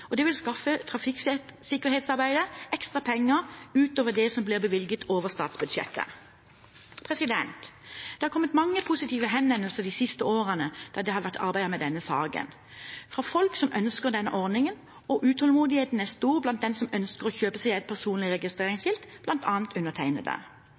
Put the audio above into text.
Norge. Det vil skaffe trafikksikkerhetsarbeidet ekstra penger utover det som blir bevilget over statsbudsjettet. Det har kommet mange positive henvendelser de årene det har vært arbeidet med denne saken, fra folk som ønsker denne ordningen, og utålmodigheten er stor blant dem som ønsker å kjøpe seg et personlig